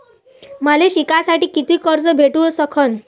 मले शिकासाठी कितीक कर्ज भेटू सकन?